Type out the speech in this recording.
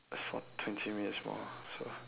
for twenty minutes more so